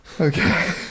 Okay